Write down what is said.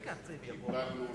נדברנו,